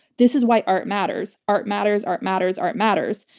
this is why art matters. art matters. art matters. art matters.